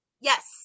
Yes